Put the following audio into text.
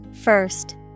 First